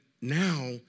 now